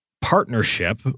partnership